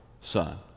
son